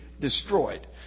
Destroyed